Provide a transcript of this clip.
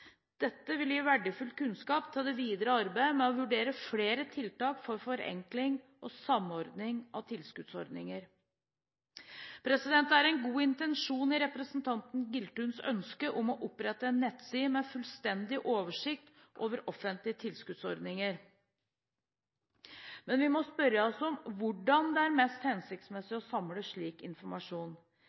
Dette vil gi verdifull kunnskap til det videre arbeidet med å vurdere flere tiltak for forenkling og samordning av tilskuddsordninger. Det er en god intensjon i representanten Giltuns ønske om å opprette en nettside med fullstendig oversikt over offentlige tilskuddsordninger. Men vi må spørre oss om hvordan det er mest hensiktsmessig å samle slik informasjon.